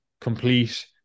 complete